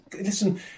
listen